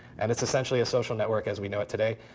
and it's essentially a social network as we know it today.